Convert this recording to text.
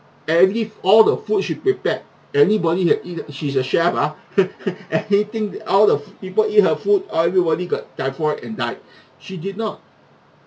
every all the food she prepared anybody can eat uh she's a chef ah anything all the people eat her food all everybody got thyphoid and died she did not